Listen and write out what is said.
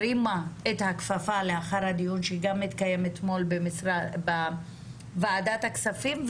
הרימה את הכפפה לאחר הדיון שגם התקיים אתמול בוועדת הכספים,